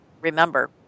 remember